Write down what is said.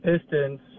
pistons